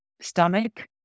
stomach